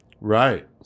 Right